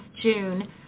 June